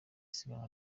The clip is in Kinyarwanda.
siganwa